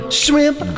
shrimp